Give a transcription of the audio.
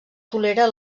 tolera